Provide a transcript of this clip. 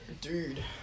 Dude